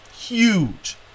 Huge